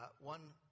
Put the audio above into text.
One